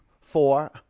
four